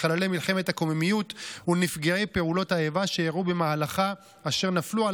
לחללי מלחמת הקוממיות ולנפגעי פעולות האיבה שאירעו במהלכה אשר נפלו על